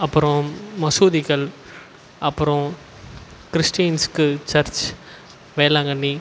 அப்புறம் மசூதிகள் அப்புறம் கிறிஸ்டீன்ஸ்க்கு சர்ச் வேளாங்கண்ணி